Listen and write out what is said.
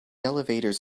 elevators